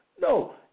No